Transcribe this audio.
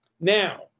Now